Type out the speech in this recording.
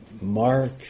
mark